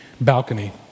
balcony